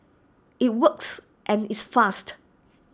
IT works and it's fast